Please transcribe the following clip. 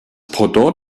pendant